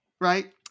Right